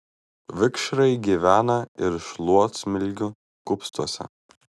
vikšrai gyvena ir šluotsmilgių kupstuose